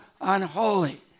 unholy